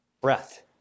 breath